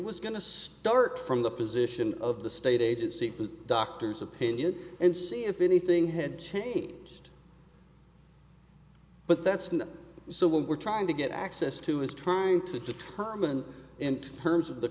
was going to start from the position of the state agency with doctor's opinion and see if anything had changed but that's not so what we're trying to get access to is trying to determine in terms of the